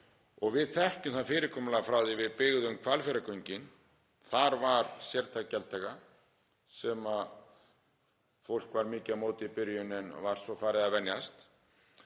og við þekkjum það fyrirkomulag frá því að við byggðum Hvalfjarðargöngin. Þar var sértæk gjaldtaka sem fólk var mikið á móti í byrjun en var svo farið að venjast